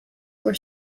were